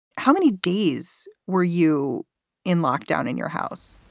how many days were you in lockdown in your house?